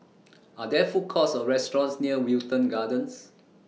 Are There Food Courts Or restaurants near Wilton Gardens